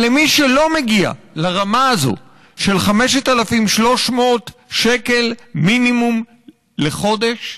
אבל למי שלא מגיע לרמה הזאת של 5,300 שקל מינימום לחודש,